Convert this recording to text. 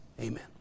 amen